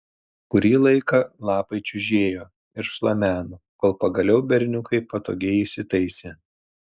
kurį laiką lapai čiužėjo ir šlameno kol pagaliau berniukai patogiai įsitaisė